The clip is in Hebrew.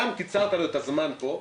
גם קיצרת לו את הזמן פה,